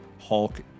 Hulk